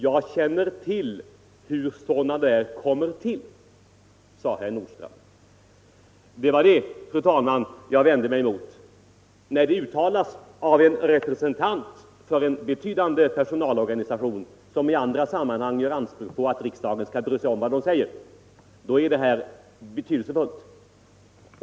Jag känner till hur sådana där kommer till.” Det var det, fru talman, jag vände mig emot, när det uttalades av en representant för en betydande personalorganisation som i andra sammanhang gör anspråk på att riksdagen skall bry sig om vad den säger. Då blir detta betydelsefullt.